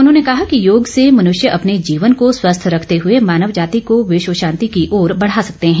उन्होंने कहा कि योग से मनुष्य अपने जीवन को स्वस्थ रखते हए मानव जाति को विश्व शांति की ओर बढ़ा सकते हैं